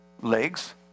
Legs